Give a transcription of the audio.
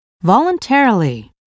voluntarily